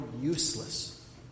useless